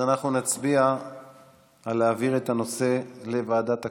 אז אנחנו נצביע על העברת הנושא לוועדת הכספים.